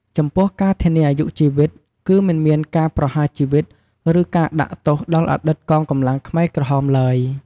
ចំពោះការធានាអាយុជីវិត គឺមិនមានការប្រហារជីវិត ឬការដាក់ទោសដល់អតីតកងកម្លាំងខ្មែរក្រហមឡើយ។